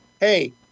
Hey